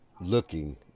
looking